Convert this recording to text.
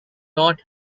not